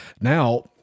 Now